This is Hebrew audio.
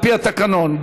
על-פי התקנון,